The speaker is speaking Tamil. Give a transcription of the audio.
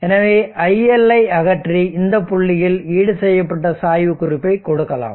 எனவே iLஐ அகற்றி இந்த புள்ளியில் ஈடுசெய்யப்பட்ட சாய்வு குறிப்பை கொடுக்கலாம்